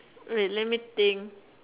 wait let me think